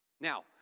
Now